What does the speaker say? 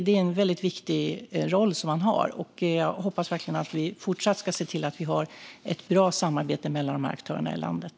Det är en viktig roll som de har, och jag hoppas verkligen att vi ser till att fortsätta ha ett bra samarbete mellan dessa aktörer i landet.